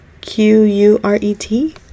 Q-U-R-E-T